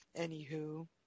Anywho